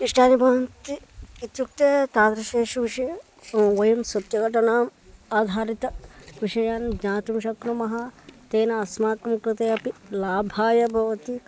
इष्टानि भवन्ति इत्युक्ते तादृशेषु विषयेषु वयं सत्य घटनाम् आधारितान् विषयान् ज्ञातुं शक्नुमः तेन अस्माकं कृते अपि लाभाय भवति